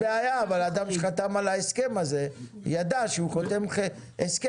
אין בעיה אבל אדם שחתם על ההסכם הזה ידע שהוא חותם הסכם